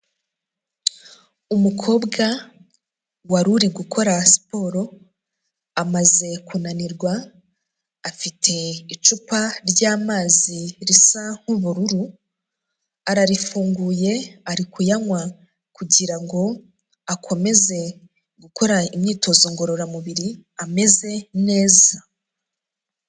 Umukobwa wari uri gukora siporo amaze kunanirwa, afite icupa ry'amazi risa nk'ubururu, ararifunguye ari kuyanywa kugirango akomeze gukora imyitozo ngororamubiri ameze neza.